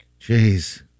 Jeez